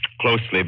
closely